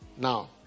now